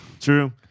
True